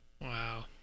Wow